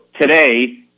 today